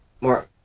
more